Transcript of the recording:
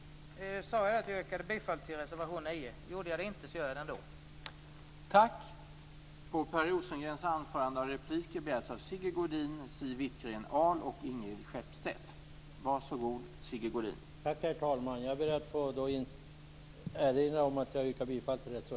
Sade jag att jag yrkar bifall till reservation 9? Om jag inte gjorde det, gör jag det nu.